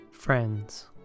Friends